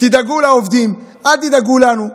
תדאגו לעובדים, אל תדאגו לנו.